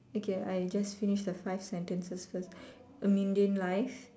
okay I just finish the five sentences first mundane life